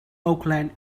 oakland